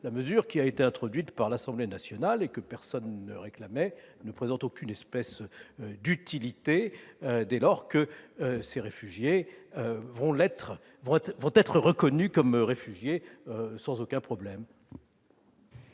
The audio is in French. la mesure qui a été introduite par l'Assemblée nationale, et que personne ne réclamait, ne présente aucune espèce d'utilité dès lors que ces mineurs étrangers seront reconnus comme réfugiés sans aucun problème.